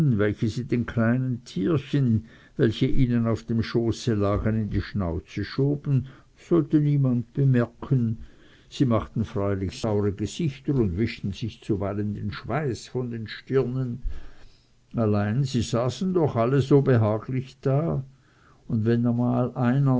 welche sie den kleinen tierchen welch ihnen auf dem schöße lagen in die schnauze schoben sollt niemand merken sie machten freilich saure gesichter und wischten sich zuweilen den schweiß von den stirnen allein sie saßen doch alle so behaglich da und wenn einmal einer